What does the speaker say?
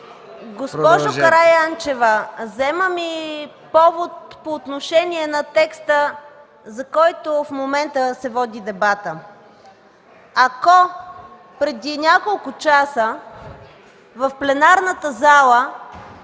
Госпожо Караянчева, вземам и повод по отношение на текста, за който в момента се води дебатът. Ако преди няколко часа в пленарната зала